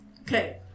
Okay